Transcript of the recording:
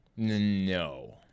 No